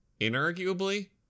inarguably